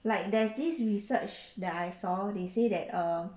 like there's this research that I saw they say that err